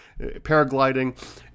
paragliding